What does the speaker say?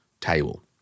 table